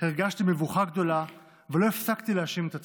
הרגשתי מבוכה גדולה ולא הפסקתי להאשים את עצמי.